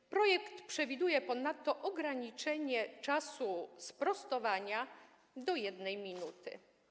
W projekcie przewiduje się ponadto ograniczenie czasu sprostowania do 1 minuty.